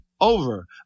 over